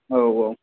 औ औ